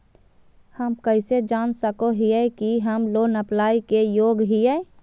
हम कइसे जान सको हियै कि हम लोन अप्लाई के योग्य हियै?